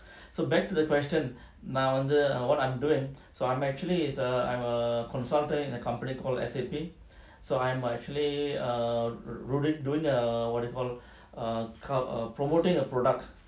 so back to the question நான்வந்து:nan vandhu what I'm doing so I'm actually is a I'm a consultant in a company called S_A_P so I'm err actually err doing the what you call err count err promoting the product